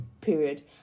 period